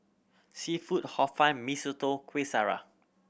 seafood Hor Fun Mee Soto Kueh Syara